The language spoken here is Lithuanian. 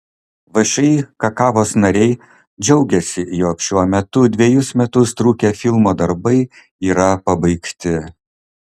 všį kakavos nariai džiaugiasi jog šiuo metu dvejus metus trukę filmo darbai yra pabaigti